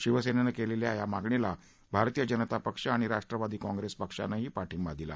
शिवसेनेनं केलेल्या मागणीला भारतीय जनता पक्ष आणि राष्ट्रवादी कॉंप्रेस पक्षानही पाठिंबा दिला